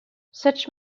such